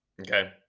Okay